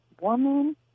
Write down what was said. woman